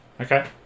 Okay